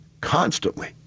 constantly